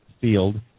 field